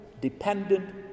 dependent